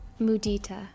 Mudita